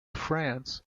france